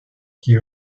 qui